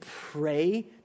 pray